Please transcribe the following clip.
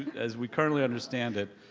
as we currently understand it,